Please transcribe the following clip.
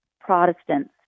Protestants